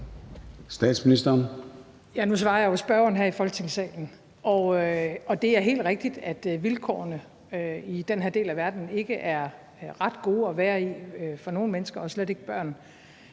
nu svarer jeg jo spørgeren her i Folketingssalen. Og det er helt rigtigt, at vilkårene i den del af verden ikke er ret gode for nogle mennesker – og slet ikke for